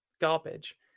garbage